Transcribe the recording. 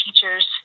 teachers